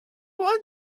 wanna